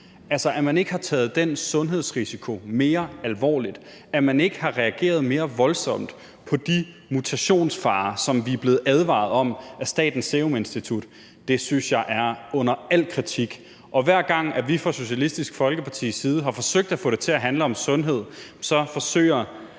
Altså, at man ikke har taget den sundhedsrisiko mere alvorligt, og at man ikke har reageret mere voldsomt på de mutationsfarer, som vi er blevet advaret om af Statens Serum Institut, synes jeg er under al kritik. Og hver gang vi fra Socialistisk Folkepartis side har forsøgt at få det til at handle om sundhed, forsøger